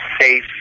safe